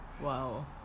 wow